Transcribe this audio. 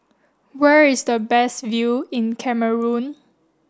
where is the best view in Cameroon